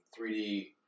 3D